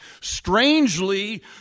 Strangely